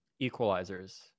equalizers